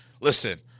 listen